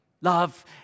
Love